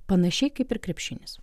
panašiai kaip ir krepšinis